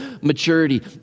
maturity